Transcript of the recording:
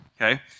okay